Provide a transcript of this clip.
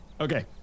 Okay